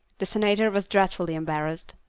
the senator was dreadfully embarrassed.